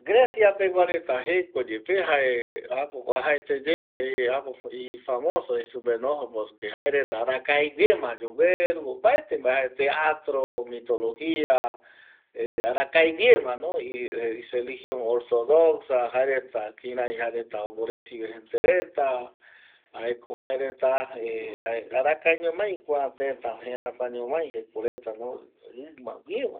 Grecia pegua reta jeko yepe jae ápo oajaeteye äpo ifamoso jei supeno porque jaereta arakaeguiema yogueru opaete mbae teatro, mitologia arakae guiemano ireligion ortodoxa jaereta kirai jaereta omboresive gente reta jaeko jaereta arakaeñomai kua tëta jerakua ñomai jekoretano ɨmaguiema